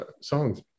songs